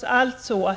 gränsen.